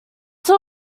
two